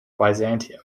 byzantium